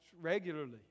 regularly